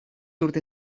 urte